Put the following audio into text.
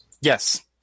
Yes